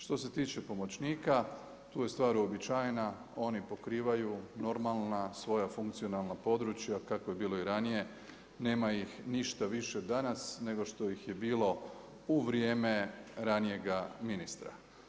Što se tiče pomoćnika, tu je stvar uobičajena, oni pokrivaju normalna svoja funkcionalna područja kako je bilo i ranije, nema ih ništa više danas nego što ih je bilo u vrijeme ranijega ministra.